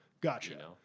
Gotcha